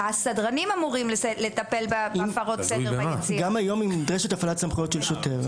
הסדרנים אמורים לטפל בהפרות סדר ביציע.